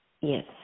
yes